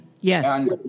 yes